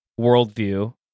worldview